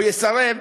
או יסרב,